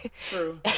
True